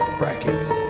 brackets